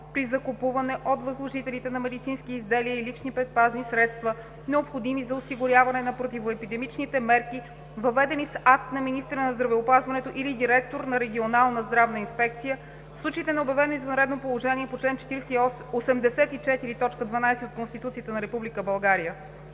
при закупуване от възложителите на медицински изделия и лични предпазни средства, необходими за осигуряване на противоепидемичните мерки, въведени с акт на министъра на здравеопазването или директор на регионална здравна инспекция, в случаите на обявено извънредно положение по чл. 84, т. 12 от Конституцията на